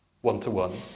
one-to-one